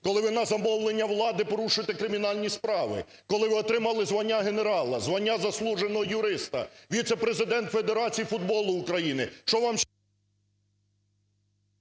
Коли ви на замовлення влади порушуєте кримінальні справи. Коли ви отримали звання генерала, звання "Заслуженого юриста", віце-президент Федерації футболу України. Що вам…